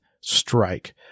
strike